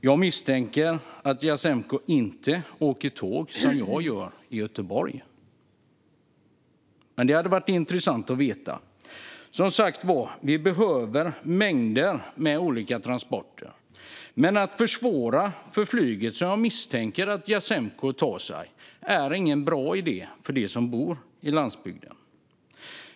Jag misstänker att han inte åker tåg, som jag gör från Göteborg. Men det hade varit intressant att veta. Som sagt var behöver vi mängder av olika transporter. Men att försvåra för flyget, som jag misstänker att Jasenko använder, är ingen bra idé för dem som bor på landsbygden.